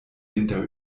winter